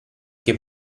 che